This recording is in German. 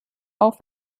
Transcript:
auch